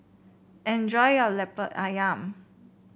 enjoy your Lemper ayam